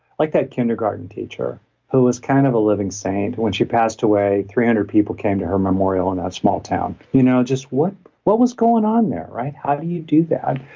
like that kindergarten teacher who was kind of a living saint when she passed away, three hundred people came to her memorial in that small town. you know just what what was going on there, right? how do you do that?